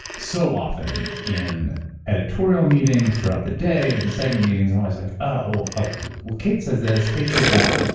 so often in editorial meetings throughout the day, and segment meetings, i'm always like, oh ah like well, kate says this, kate says that.